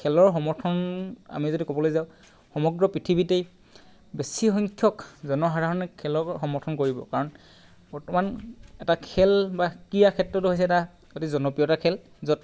খেলৰ সমৰ্থন আমি যদি ক'বলৈ যাওঁ সমগ্ৰ পৃথিৱীতেই বেছি সংখ্যক জনসাধাৰণে খেলৰ সমৰ্থন কৰিব কাৰণ বৰ্তমান এটা খেল বা ক্ৰীড়া ক্ষেত্ৰটো হৈছে এটা অতি জনপ্ৰিয় এটা খেল য'ত